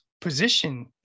position